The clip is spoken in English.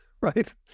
right